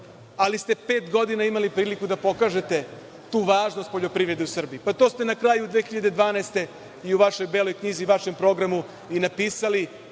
ali ste pet godina imali priliku da pokažete tu važnost poljoprivrede u Srbiji. To ste na kraju 2012. godine i u vašoj Beloj knjizi i vašem programu i napisali,